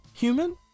Human